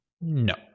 no